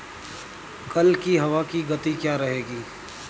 कल की हवा की गति क्या रहेगी?